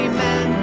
Amen